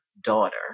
daughter